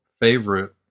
favorite